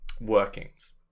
workings